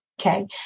Okay